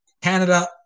canada